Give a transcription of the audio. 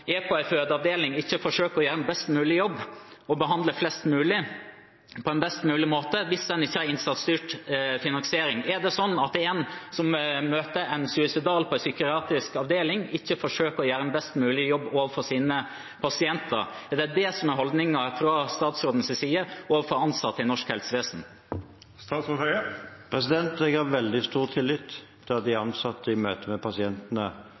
fødeavdeling, ikke forsøker å gjøre en best mulig jobb og behandle flest mulig på en best mulig måte hvis en ikke har innsatsstyrt finansiering? Er det sånn at en som møter en suicidal på en psykiatrisk avdeling, ikke forsøker å gjøre en best mulig jobb overfor sin pasient? Er det det som er holdningen fra statsrådens side overfor ansatte i norsk helsevesen? Jeg har veldig stor tillit til at de ansatte i møte med pasientene